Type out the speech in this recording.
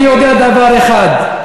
אני יודע דבר אחד: